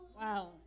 Wow